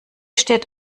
steht